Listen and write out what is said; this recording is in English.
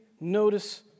notice